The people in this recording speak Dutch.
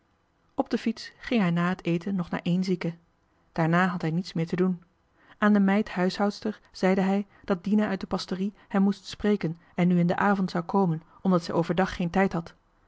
op de fiets ging hij na den eten nog naar ééne zieke daarna had hij niets meer te doen aan de meid huishoudster zeide hij dat dina uit de pastorie hem moest spreken en nu in den avond zou komen omdat zij overdag geen tijd had